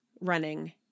running